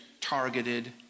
targeted